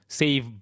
save